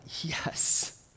yes